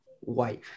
wife